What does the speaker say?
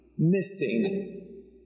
Missing